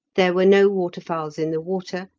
there were no waterfowls in the water,